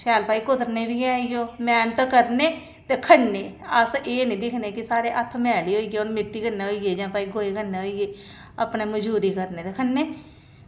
शैल भई कुतरने बी हैइओ मैह्नत करने ते खन्ने अस एह् निं दिक्खने कि साढ़े हत्थ मैले होई गे ओह् मिट्टी कन्नै होई गे न जां गोहे कन्नै होई गे न अपने मजूरी करने ते खन्नै